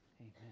Amen